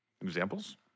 examples